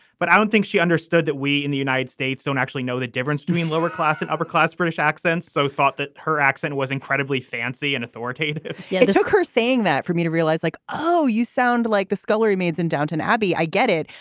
but i don't think she understood that we in the united states don't actually know the difference between lower class and upper class british accents. so i thought that her accent was incredibly fancy and authoritative yeah it took her saying that for me to realize like, oh, you sound like the scullery maids in downton abbey, i get it.